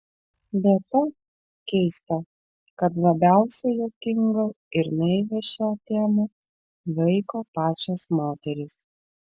be to keista kad labiausiai juokinga ir naivia šią temą laiko pačios moterys